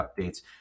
updates